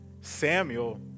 Samuel